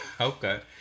okay